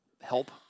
help